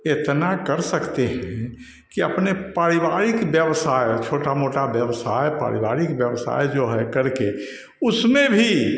इतना कर सकते हैं कि अपने पारिवारिक व्यवसाय छोटा मोटा व्यवसाय पारिवारिक व्यवसाय जो है करके उसमें भी